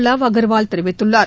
லாவ் அகர்வால் தெரிவித்துள்ளார்